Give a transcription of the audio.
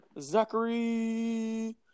Zachary